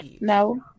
No